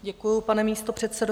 Děkuji, pane místopředsedo.